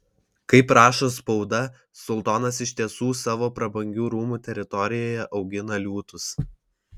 kaip rašo spauda sultonas iš tiesų savo prabangių rūmų teritorijoje augina liūtus